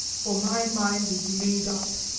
for my mind is made up!